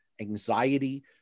anxiety